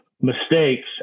mistakes